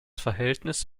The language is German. verhältnis